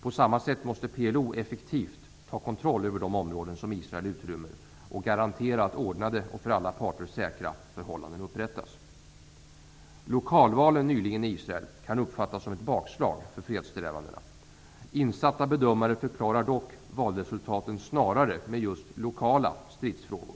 På samma sätt måste PLO effektivt ta kontroll över de områden som Israel utrymmer och garantera att ordnade och för alla parter säkra förhållanden upprättas. De lokalval som nyligen genomfördes i Israel kan uppfattas som ett bakslag för fredssträvandena. Insatta bedömare förklarar dock valresultaten snarare med att det just finns lokala stridsfrågor.